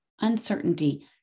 uncertainty